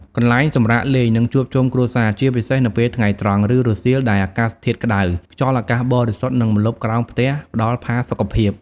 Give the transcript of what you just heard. កន្លែងសម្រាកលេង និងជួបជុំគ្រួសារ ជាពិសេសនៅពេលថ្ងៃត្រង់ ឬរសៀលដែលអាកាសធាតុក្តៅ ខ្យល់អាកាសបរិសុទ្ធ និងម្លប់ក្រោមផ្ទះផ្តល់ផាសុកភាព ។